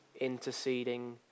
interceding